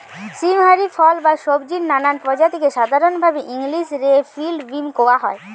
সীম হারি ফল বা সব্জির নানা প্রজাতিকে সাধরণভাবি ইংলিশ রে ফিল্ড বীন কওয়া হয়